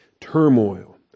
Turmoil